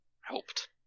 Helped